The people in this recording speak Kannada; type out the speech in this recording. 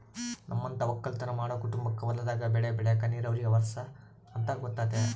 ನಮ್ಮಂತ ವಕ್ಕಲುತನ ಮಾಡೊ ಕುಟುಂಬಕ್ಕ ಹೊಲದಾಗ ಬೆಳೆ ಬೆಳೆಕ ನೀರಾವರಿ ಅವರ್ಸ ಅಂತ ಗೊತತೆ